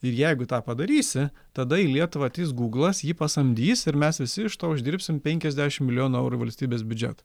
ir jeigu tą padarysi tada į lietuvą ateis guglas jį pasamdys ir mes visi iš to uždirbsim penkiasdešim milijonų eurų į valstybės biudžetą